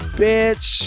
bitch